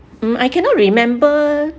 mm I cannot remember